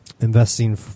investing